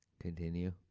Continue